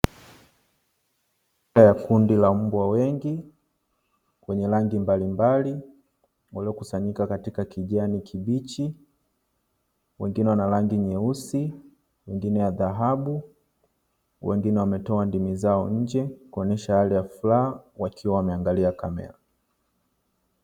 Kundi la mbwa wengi wenye rangi mbalimbali waliokusanyika katika kijani kibichi. Wengine wanarangi nyeusi, wengine ya dhahabu, wengine wametoa ndimi zao nje kuonyesha hali ya furaha wakiwa wameangalia kamera.